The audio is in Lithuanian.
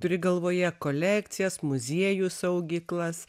turi galvoje kolekcijas muziejų saugyklas